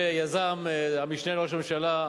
שיזם המשנה לראש הממשלה,